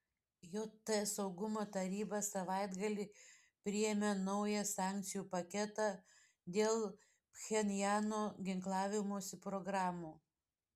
jt saugumo taryba savaitgalį priėmė naują sankcijų paketą dėl pchenjano ginklavimosi programų